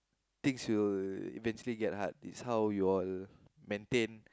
things will eventually get hard it's how you all maintain